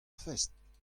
fest